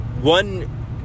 One